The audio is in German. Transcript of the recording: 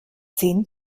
zehn